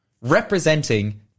representing